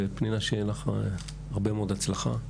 ופנינה, שיהיה לך הרבה מאוד הצלחה.